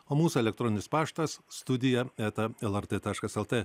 o mūsų elektroninis paštas studija eta lrt taškas lt